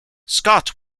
scott